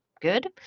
good